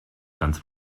ganz